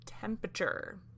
temperature